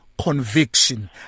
conviction